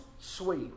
sweet